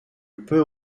peu